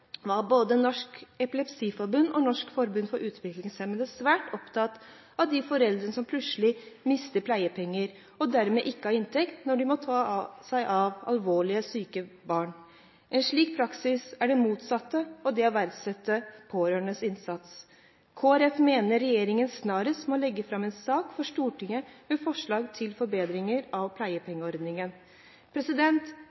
var både Norsk Epilepsiforbund og Norsk Forbund for Utviklingshemmede svært opptatt av de foreldrene som plutselig har mistet pleiepenger, og dermed har de ikke inntekt når de må ta seg av alvorlig syke barn. En slik praksis er det motsatte av å verdsette pårørendes innsats. Kristelig Folkeparti mener at regjeringen snarest må legge fram en sak for Stortinget med forslag til forbedringer av